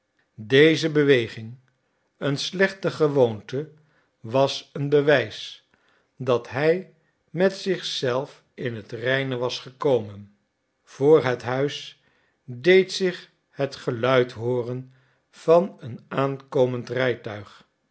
deze beweging een slechte gewoonte was een bewijs dat hij met zich zelf in het reine was gekomen voor het huis deed zich het geluid hooren van een aankomend rijtuig